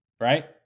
right